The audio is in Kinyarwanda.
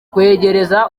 kwegereza